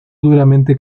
duramente